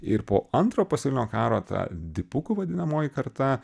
ir po antro pasaulinio karo ta dipukų vadinamoji karta